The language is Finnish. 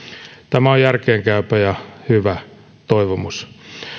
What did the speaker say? tämä on järkeenkäypä ja hyvä toivomus